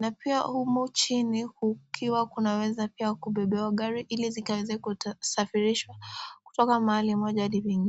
na pia humo chini kukiwa kunaweza pia kubebewa gari ili zikaweze kusafirishwa kutoka mahali moja hadi nyingine.